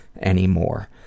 anymore